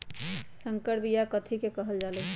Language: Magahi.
संकर बिया कथि के कहल जा लई?